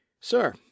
Sir